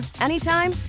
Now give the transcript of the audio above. anytime